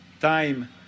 time